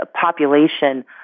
population